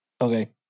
Okay